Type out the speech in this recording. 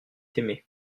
aimé